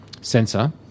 sensor